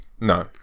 No